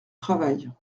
travail